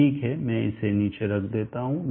ठीक है मैं इसे नीचे रख देता हूँ